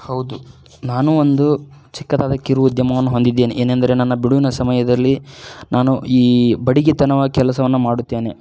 ಹೌದು ನಾನು ಒಂದು ಚಿಕ್ಕದಾದ ಕಿರು ಉದ್ಯಮವನ್ನು ಹೊಂದಿದ್ದೇನೆ ಏನೆಂದರೆ ನನ್ನ ಬಿಡುವಿನ ಸಮಯದಲ್ಲಿ ನಾನು ಈ ಬಡಗಿತನ ಕೆಲಸವನ್ನು ಮಾಡುತ್ತೇನೆ